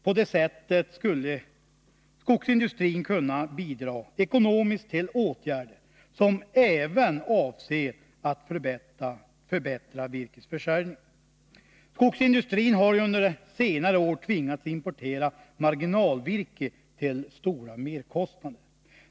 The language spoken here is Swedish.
Med en sådan skulle skogsindustrin kunna bidra ekonomiskt till åtgärder som syftar till att även förbättra virkesförsörjningen. Skogsindustrin har ju under senare år tvingats importera marginalvirke och därmed fått stora merkostnader.